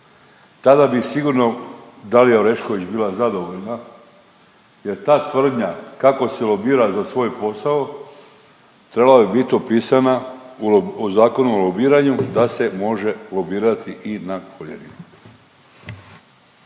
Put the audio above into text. Tada bi sigurno Dalija Orešković bila zadovoljna jer ta tvrdnja kako se lobira za svoj posao trebala bi biti opisana u Zakonu o lobiranju da se može lobirati i na koljenima.